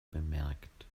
bemerkt